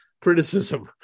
criticism